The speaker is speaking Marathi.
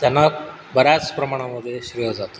त्यांना बऱ्याच प्रमाणामध्ये श्रेय जातं